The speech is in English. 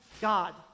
God